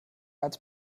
als